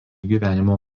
gyvenimo